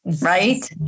Right